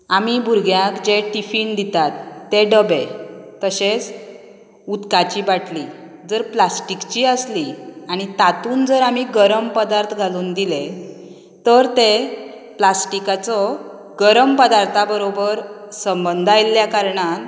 आमी भुरग्याक जे टिफीन दितात तें डबे तशेंच उदकाची बाटली जर प्लास्टीकची आसली आनी तातूंत जर आमी गरम पदार्थ घालून दिले तर तें प्लास्टीकाचो गरम पदार्था बरोबर संबंद आयल्या कारणान